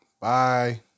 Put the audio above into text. Bye